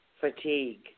fatigue